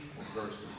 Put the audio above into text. verses